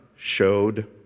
showed